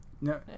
No